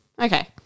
Okay